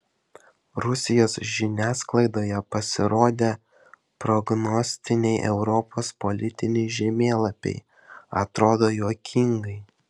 rusijos žiniasklaidoje pasirodę prognostiniai europos politiniai žemėlapiai atrodo juokingai